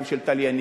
גם של תליינים,